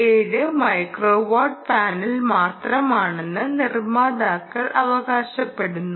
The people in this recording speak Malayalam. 7 മൈക്രോവാട്ട് പാനൽ മാത്രമാണെന്ന് നിർമ്മാതാക്കൾ അവകാശപ്പെടുന്നു